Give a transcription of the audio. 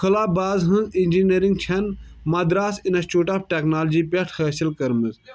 خلہٕ باز ہٕنٛز اِنجیٖنٔرِنٛگ چھَن Madras institute of technology پٮ۪ٹھ حٲصِل کٔرمٕژ